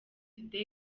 today